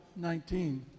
19